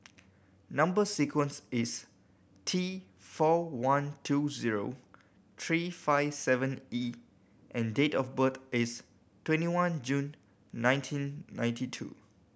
number sequence is T four one two zero three five seven E and date of birth is twenty one June nineteen ninety two